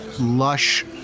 lush